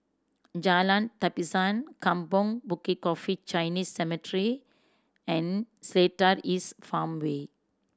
Jalan Tapisan Kampong Bukit Coffee Chinese Cemetery and Seletar East Farmway